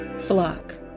Flock